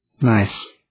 Nice